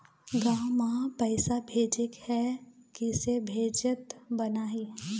गांव म पैसे भेजेके हे, किसे भेजत बनाहि?